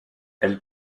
elle